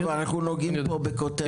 חבר'ה אנחנו נוגעים פה בכותרת,